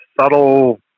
subtle